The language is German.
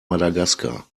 madagaskar